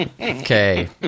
Okay